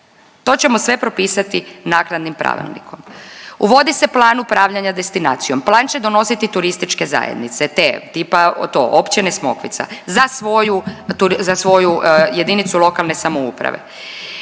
To ćemo sve propisati naknadnim pravilnikom. Uvodi se plan upravljanja destinacijom. Plan će donositi turističke zajednice, te tipa to općine Smokvica za svoju jedinicu lokalne samouprave.